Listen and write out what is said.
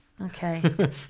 Okay